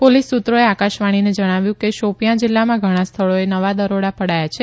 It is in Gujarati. ાંતલીસ સુત્રોએ આકાશવાણીને જણાવ્યું કે શોંતીયાં જીલ્લામાં ઘણાં સ્થળોએ નવા દરોડા ા ડાયા છે